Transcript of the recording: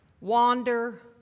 Wander